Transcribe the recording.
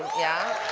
yeah.